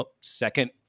second